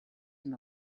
him